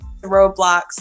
roadblocks